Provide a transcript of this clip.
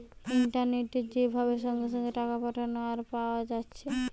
ইন্টারনেটে যে ভাবে সঙ্গে সঙ্গে টাকা পাঠানা আর পায়া যাচ্ছে